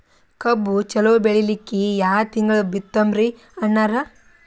ಕಬ್ಬು ಚಲೋ ಬೆಳಿಲಿಕ್ಕಿ ಯಾ ತಿಂಗಳ ಬಿತ್ತಮ್ರೀ ಅಣ್ಣಾರ?